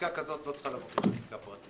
חקיקה כזאת לא צריכה לבוא כחקיקה פרטית.